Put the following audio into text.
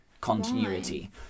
continuity